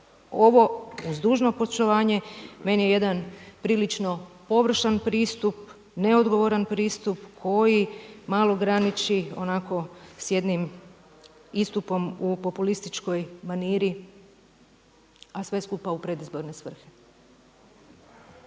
Ovo uz dužno poštovanje meni je jedan prilično površan pristup, neodgovoran pristup koji malo graniči onako s jednim istupom u populističkoj maniri a sve skupa u predizborne svrhe.